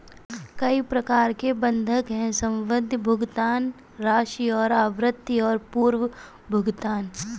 कई प्रकार के बंधक हैं, सावधि, भुगतान राशि और आवृत्ति और पूर्व भुगतान